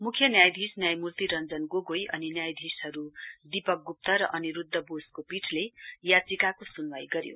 मुख्य न्यायाधीश न्यायमर्ति रञ्जन गोगोई अनि न्यायाधीशहरु दीपक गुप्त र अनिरुध्द बोसको पीठले याचिकाको सुनवाई गर्यो